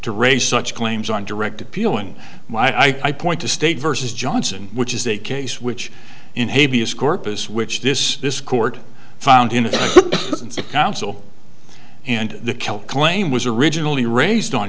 to raise such claims on direct appealing i point to state versus johnson which is a case which in haiti is corpus which this this court found in the council and the kill claim was originally raised on